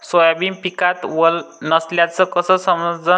Soybean पिकात वल नसल्याचं कस समजन?